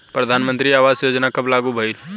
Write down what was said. प्रधानमंत्री आवास योजना कब लागू भइल?